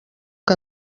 que